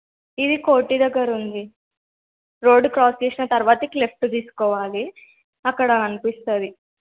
ఇది కోటి దగ్గర ఉంది రోడ్ క్రాస్ చేసిన తరువాత ఇట్లా లెఫ్ట్ తీసుకోవాలి అక్కడ కనిపిస్తుంది